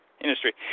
industry